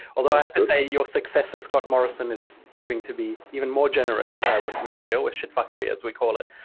although i have to say your successor, scott morrison is proving to be even more generous with the material with shitfuckery as we call it,